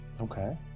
Okay